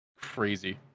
Crazy